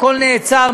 הכול נעצר,